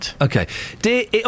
Okay